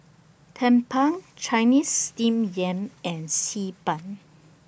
Tumpeng Chinese Steamed Yam and Xi Ban